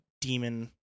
demon